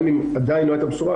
גם אם עדיין לא הייתה בשורה,